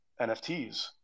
nfts